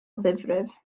ddifrif